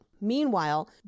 meanwhile